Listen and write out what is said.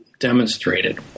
demonstrated